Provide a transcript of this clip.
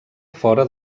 fora